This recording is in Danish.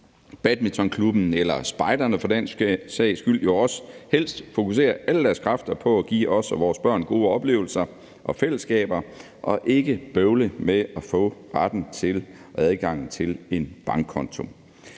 badmintonklubben eller spejderne for den sags skyld jo også helst fokusere alle deres kræfter på at give os og vores børn gode oplevelser og skabe fællesskaber i stedet for at bøvle med at få retten og adgangen til en bankkonto.